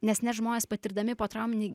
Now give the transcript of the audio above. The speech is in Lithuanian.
nes net žmonės patirdami potrauminį